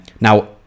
now